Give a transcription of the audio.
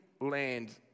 land